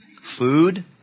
food